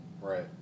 Right